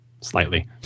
Slightly